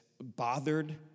bothered